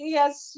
Yes